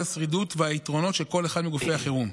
השרידות והיתרונות של כל אחד מגופי החירום,